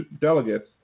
delegates